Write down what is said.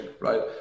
right